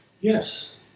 Yes